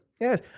Yes